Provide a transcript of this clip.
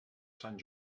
sant